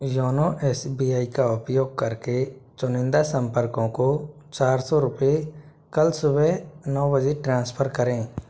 YONO S B I का उपयोग करके चुनिंदा संपर्कों को चार सौ रूपए कल सुबह नौ बजे ट्रांसफ़र करें